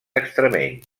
extremeny